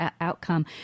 outcome